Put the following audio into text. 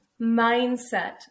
mindset